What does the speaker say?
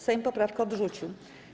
Sejm poprawkę odrzucił.